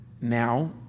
now